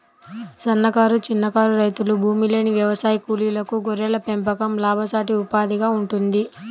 సన్నకారు, చిన్నకారు రైతులు, భూమిలేని వ్యవసాయ కూలీలకు గొర్రెల పెంపకం లాభసాటి ఉపాధిగా ఉంటుంది